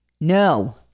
no